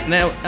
Now